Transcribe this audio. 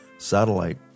Satellite